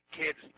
kids